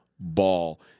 ball